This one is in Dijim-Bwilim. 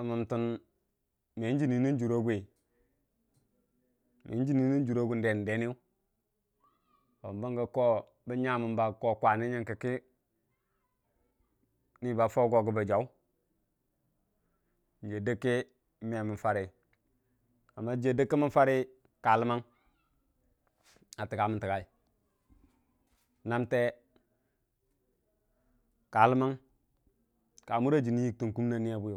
a məutən meng jini nəujura agun ndenəyu bəngi ko bən nyaməu ko kwanili nyəuki wunui ba jau go gə jaw jiya dəyki me məu jarə, me jiwa dəgki mən fara ka ləmang a təkgaməu təkgayai namte ka ləmang ka mura jini yittəu kumni.